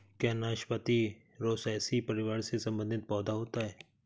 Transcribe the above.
क्या नाशपाती रोसैसी परिवार से संबंधित पौधा होता है?